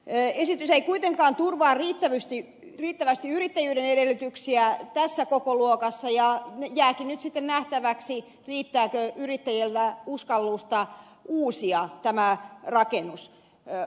esitys ei kuitenkaan turvaa riittävästi yrittäjyyden edellytyksiä tässä kokoluokassa ja jääkin nyt sitten nähtäväksi riittääkö yrittäjillä uskallusta uusia tämä rakennuskanta siellä